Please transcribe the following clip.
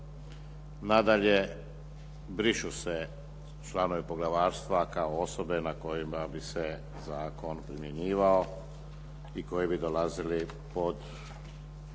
nadalje brišu se članovi poglavarstva kao osobe na kojima bi se zakon primjenjivao i koji bi dolazili pod